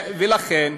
לכן,